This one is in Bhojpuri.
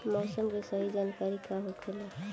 मौसम के सही जानकारी का होखेला?